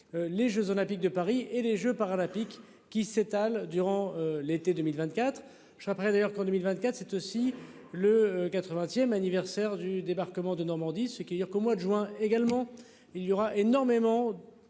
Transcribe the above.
Les Jeux olympiques de Paris et les Jeux paralympiques, qui s'étalent durant l'été 2024. Je serai prêt d'ailleurs qu'en 2024 c'est aussi le 80ème anniversaire du débarquement de Normandie, c'est qui. Au mois de juin également il y aura énormément.